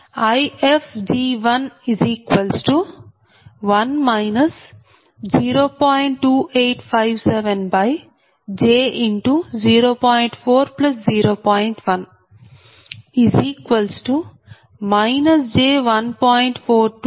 1 j1